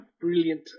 brilliant